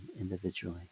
individually